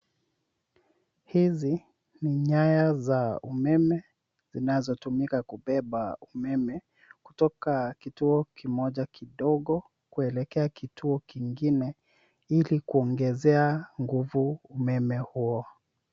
Hizi ni nyaya za umeme zinazotumika kubeba umeme kutoka kituo kimoja kidogo kuelekea kituo kingine, ilikuongezea nguvu umeme huo.